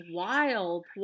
wild